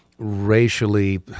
racially